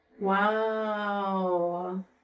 Wow